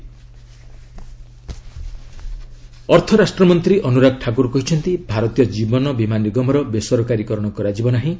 LIC Thakur ଅର୍ଥରାଷ୍ଟ୍ରମନ୍ତ୍ରୀ ଅନୁରାଗ ଠାକୁର କହିଛନ୍ତି ଭାରତୀୟ କ୍ରୀବନ ବୀମା ନିଗମର ବେସରକାରୀ କରଣ କରାଯାଇ ନାହିଁ